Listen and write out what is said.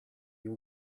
you